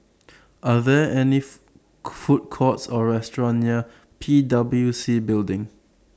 Are There any Food Courts Or restaurants near P W C Building